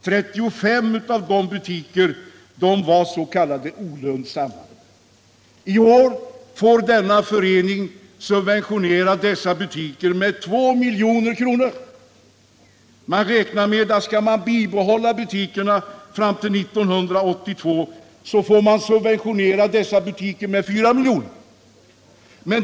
35 av dessa var s.k. olönsamma butiker. I år får denna konsumtionsförening subventionera sina olönsamma butiker med 2 milj.kr., och för att butikerna skall kunna bibehållas fram till 1982 räknar man med att de måste subventioneras med 4 milj.kr.